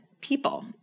people